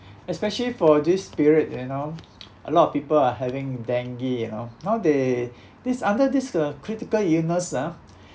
especially for this period you know a lot of people are having dengue you know now they this under this uh critical illness ah